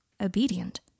Obedient